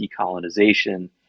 decolonization